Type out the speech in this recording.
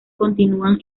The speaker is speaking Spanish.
continúan